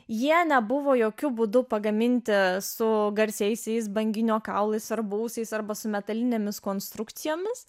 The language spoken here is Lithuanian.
jie nebuvo jokių būdu pagaminti su garsiaisiais banginio kaulais ar buvusiais arba su metalinėmis konstrukcijomis